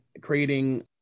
creating